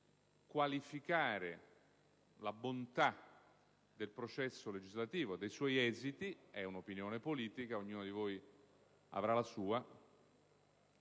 qualificare la bontà del processo legislativo e dei suoi esiti (è un'opinione politica, ognuno di voi avrà la sua),